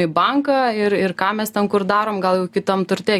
į banką ir ir ką mes ten kur darom gal kitam turte